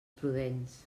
prudents